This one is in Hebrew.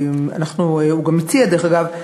הוא גם הציע, דרך אגב,